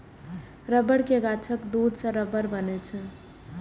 रबड़ के गाछक दूध सं रबड़ बनै छै